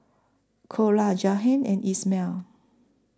Cora Jahiem and Ismael